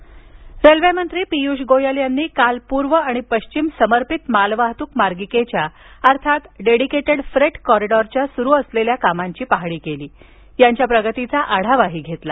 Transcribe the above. गोयल रेल्वेमंत्री पियुष गोयल यांनी काल पूर्व आणि पश्चिम समर्पित मालवाहतूक मार्गिकेच्या अर्थात डेडीकेटेड फ्रेट कॉरीडॉरच्या सुरु असलेल्या कामांची पाहणी केली आणि त्याच्या प्रगतीचा आढावा घेतला